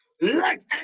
let